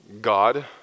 God